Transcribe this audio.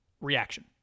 reaction